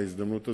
בהזדמנות הזאת,